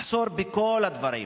יש מחסור בכל הדברים.